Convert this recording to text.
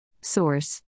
Source